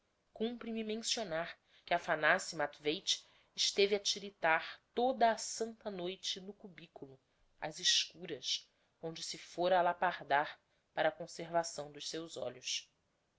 cumpre me mencionar que aphanassi matveich esteve a tiritar toda a santa noite no cubiculo ás escuras onde se fôra alapardar para conservação dos seus olhos